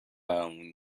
برامون